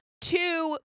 Two